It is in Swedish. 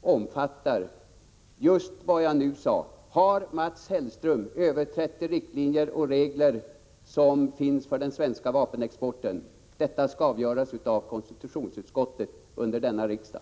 omfattar just vad jag nu sade: Har Mats Hellström överträtt de riktlinjer och regler som finns för den svenska vapenexporten? Detta skall avgöras av konstitutionsutskottet under denna riksdag.